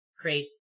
create